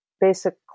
basic